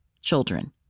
children